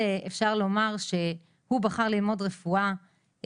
אפשר לומר שהוא בחר ללמוד רפואה,